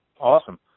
Awesome